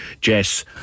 Jess